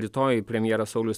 rytoj premjeras saulius